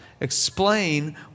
Explain